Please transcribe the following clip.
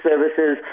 Services